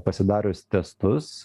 pasidarius testus